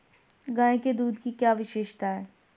गाय के दूध की क्या विशेषता है?